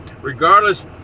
regardless